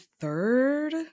third